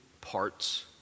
parts